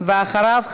ואחריו,